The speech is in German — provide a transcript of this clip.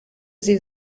sie